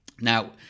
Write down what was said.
Now